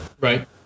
right